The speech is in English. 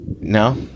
No